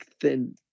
thin